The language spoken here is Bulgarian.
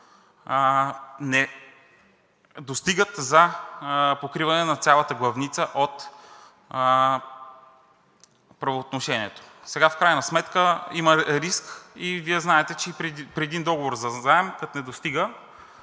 не достигат за покриване на цялата главница от правоотношението. Сега, в крайна сметка има риск и Вие знаете, че и при един договор за заем, като не достига,